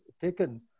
taken